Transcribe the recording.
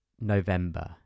November